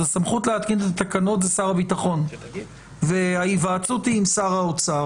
הסמכות להתקין את התקנות היא של שר הביטחון וההיוועצות היא עם שר האוצר.